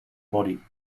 body